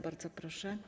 Bardzo proszę.